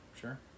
Sure